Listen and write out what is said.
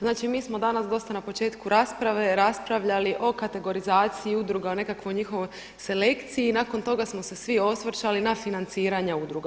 Znači mi smo danas dosta na početku rasprave raspravljali o kategorizaciji udruga, o nekakvoj njihovoj selekciji i nakon toga smo se svi osvrtali na financiranja udruga.